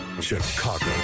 Chicago